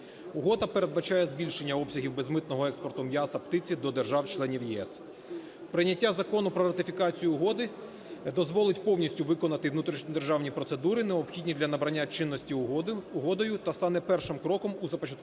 Угода передбачає збільшення обсягів безмитного експорту м'яса птиці до держав-членів ЄС. Прийняття Закону про ратифікацію Угоди дозволить повністю виконати внутрішньодержавні процедури, необхідні для набрання чинності Угодою, та стане першим кроком у започаткуванні